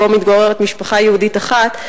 שבו מתגוררת משפחה יהודית אחת,